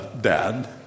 Dad